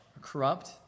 corrupt